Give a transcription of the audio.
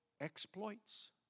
exploits